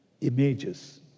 images